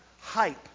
hype